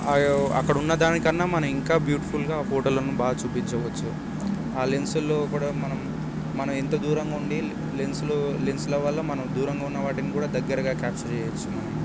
అక్కడ ఉన్న దానికన్నా మనం ఇంకా బ్యూటిఫుల్గా ఫోటోలను బాగా చూపించవచ్చు ఆ లెన్స్ల్లో కూడా మనం ఎంత దూరంగా ఉండి లెన్సులు లెన్సుల వల్ల మనం దూరంగా ఉన్నా కూడా దగ్గరగా క్యాప్చర్ చేయొచ్చు మనం